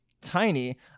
tiny